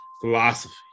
philosophy